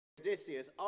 Odysseus